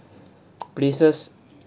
places